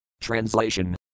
Translation